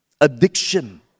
addiction